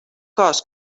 cos